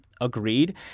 agreed